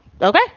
Okay